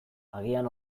agian